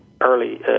early